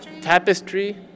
tapestry